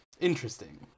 interesting